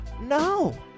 No